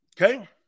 Okay